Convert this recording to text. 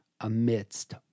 amidst